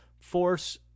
force